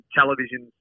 television –